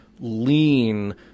lean